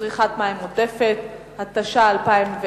צריכת מים עודפת), התש"ע 2010,